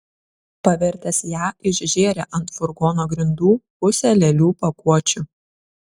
pavertęs ją išžėrė ant furgono grindų pusę lėlių pakuočių